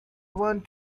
want